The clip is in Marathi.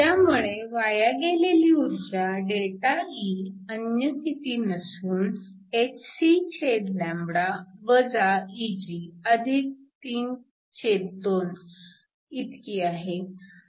त्यामुळे वाया गेलेली ऊर्जा ΔE अन्य किती नसून hc Eg32 इतकी आहे